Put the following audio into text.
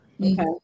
okay